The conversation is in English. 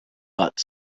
but